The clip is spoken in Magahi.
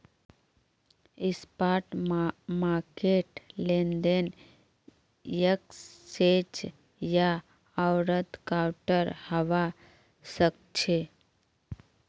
स्पॉट मार्केट लेनदेन एक्सचेंज या ओवरदकाउंटर हवा सक्छे